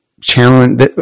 challenge